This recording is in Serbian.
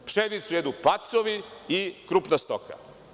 Pšenicu jedu pacovi i krupna stoka.